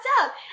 up